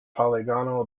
polygonal